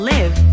Live